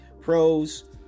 pros